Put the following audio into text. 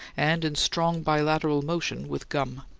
and in strong bilateral motion with gum.